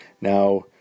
Now